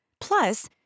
Plus